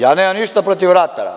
Ja nemam ništa protiv ratara.